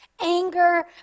anger